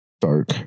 dark